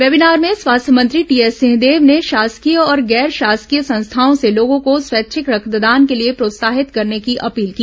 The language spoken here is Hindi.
वेबीनार में स्वास्थ्य मंत्री टीएस सिंहदेव ने शासकीय और गैर शासकीय संस्थाओं से लोगों को स्वैच्छिक रक्तदान के लिए प्रोत्साहित करने की अपील की